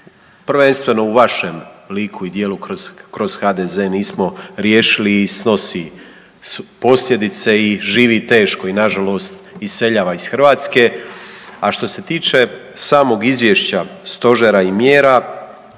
prvenstveno u vašem liku i djelu kroz HDZ nismo riješili i snosi posljedice i živi teško i na žalost iseljava iz Hrvatske. A što se tiče samog izvješća, stožera i mjera